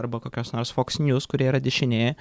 arba kokias nors foks nius kurie yra dešinėje